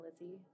Lizzie